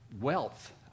wealth